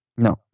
No